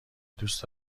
دوست